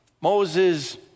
Moses